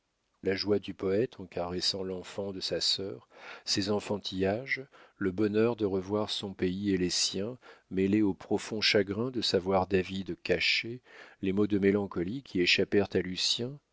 la joie du poète en caressant l'enfant de sa sœur ses enfantillages le bonheur de revoir son pays et les siens mêlé au profond chagrin de savoir david caché les mots de mélancolie qui échappèrent à lucien